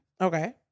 Okay